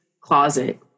closet